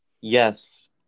Yes